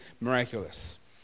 miraculous